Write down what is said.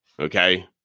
Okay